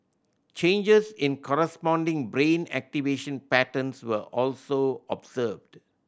changes in corresponding brain activation patterns were also observed